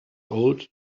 old